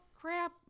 crap